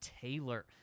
Taylor